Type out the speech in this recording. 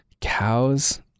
cows